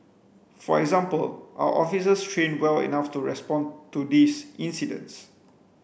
for example are officers trained well enough to respond to these incidents